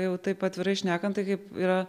jau taip atvirai šnekant tai kaip yra